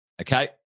Okay